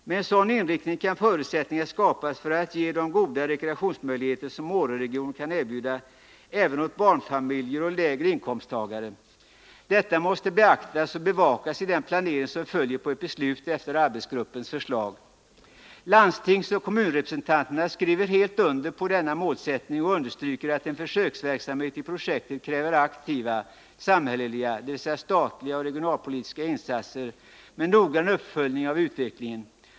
Med en sådan inriktning kan förutsättningar skapas för att ge de goda rekreationsmöjligheter som Åreregionen kan erbjuda även åt barnfamiljer och lägre inkomsttagare. Detta måste beaktas och bevakas i den planering som följer på ett beslut efter Arbetsgruppens förslag.” Landstingsoch kommunrepresentanterna skriver helt under på denna målsättning och understryker att en försöksverksamhet i projektet kräver aktiva samhälleliga, dvs. statliga och regionalpolitiska, insatser med noggrann uppföljning av utvecklingen.